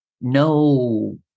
No